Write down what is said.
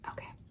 Okay